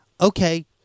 Okay